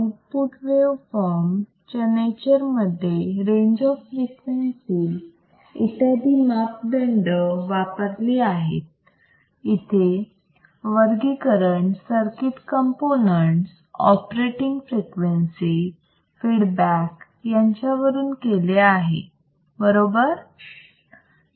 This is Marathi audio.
आउटपुट वेव फॉर्म च्या नेचर मध्ये रेंज ऑफ फ्रिक्वेन्सी इत्यादी मापदंड वापरली आहेत इथे वर्गीकरण circuit components operating frequency feedback यांच्यावरून केले आहे बरोबर